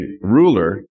ruler